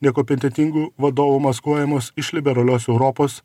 nekompetentingų vadovų maskuojamos iš liberalios europos